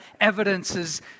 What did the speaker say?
evidences